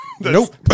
Nope